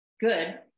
good